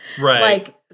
Right